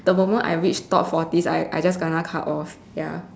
the moment I reach top forties I I just gonna cut off ya